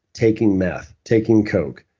taking meth, taking coke,